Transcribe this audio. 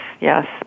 yes